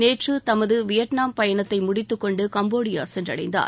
நேற்று தமது வியட்நாம் பயணத்தை முடித்துக் கொண்டு கம்போடியா சென்றடைந்தார்